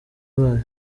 bayo